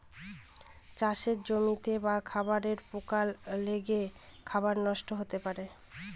চাষের জমিতে বা খাবারে পোকা লেগে খাবার নষ্ট হতে পারে